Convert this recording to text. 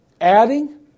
adding